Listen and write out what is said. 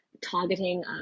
targeting